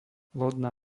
lodná